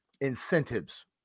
Incentives